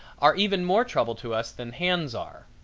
are even more trouble to us than hands are.